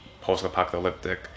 post-apocalyptic